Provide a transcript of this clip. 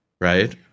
right